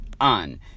on